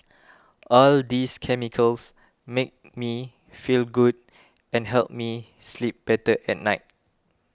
all these chemicals make me feel good and help me sleep better at night